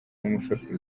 n’umushoferi